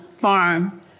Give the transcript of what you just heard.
farm